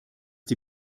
die